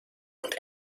und